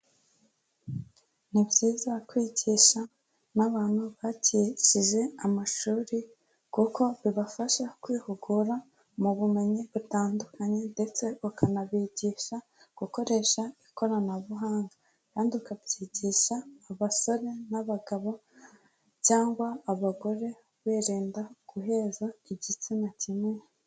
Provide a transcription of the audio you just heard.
Ni byiza kwigisha n'abantu bacishije amashuri, kuko bibafasha kwihugura mu bumenyi butandukanye ndetse, bakanabigisha gukoresha ikoranabuhanga. Kandi ukabyigisha abasore n'abagabo, cyangwa abagore wirinda guheza igitsina kimwe.